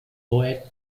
poet